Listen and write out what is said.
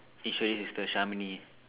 Eswari's sister Shamini